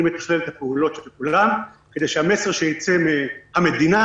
אני מתכלל את הפעולות של כולם כדי שהמסר שייצא מה"מדינה"